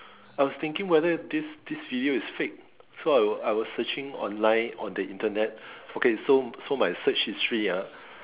I was thinking whether this this video is fake so I was I was searching online on the Internet okay so so my search history ah